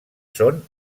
són